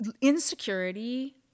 Insecurity